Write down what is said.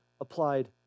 applied